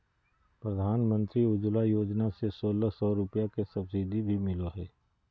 प्रधानमंत्री उज्ज्वला योजना से सोलह सौ रुपया के सब्सिडी भी मिलो हय